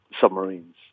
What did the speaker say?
submarines